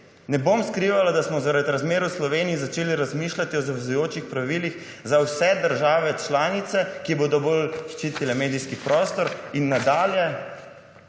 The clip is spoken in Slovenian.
»ne bom skrivala, da smo zaradi razmer v Sloveniji začeli razmišljati o zavezujočih pravilih za vse države članice, ki bodo bolj ščitile medijski prostor« in nadalje